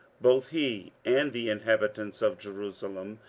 both he and the inhabitants of jerusalem,